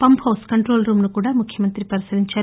pump house control రూమ్ను కూడా ముఖ్యమంత్రి పరిశీలించారు